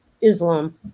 Islam